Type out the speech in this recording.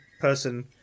person